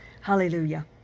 Hallelujah